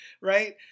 right